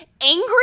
angry